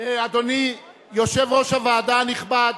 אדוני יושב-ראש הוועדה הנכבד,